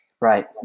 right